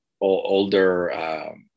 older